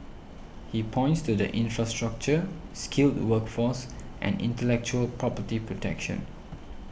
he points to the infrastructure skilled workforce and intellectual property protection